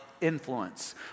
influence